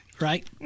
right